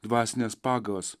dvasines pagavas